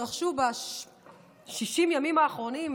התרחשו ב-60 הימים האחרונים,